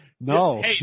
No